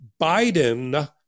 Biden